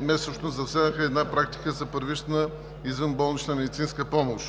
месечно за всяка една практика за първична извънболнична медицинска помощ.